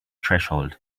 threshold